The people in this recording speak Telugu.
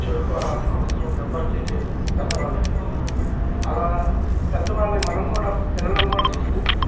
చెడుకోరాల్సిన అవసరం ఎవ్వరికీ లేదు పెద్దవాళ్ళకి అలా పెద్దవాళ్ళని మనం కూడా పిల్లలని కూడా చూస్తే